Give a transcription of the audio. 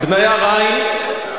בניה ריין.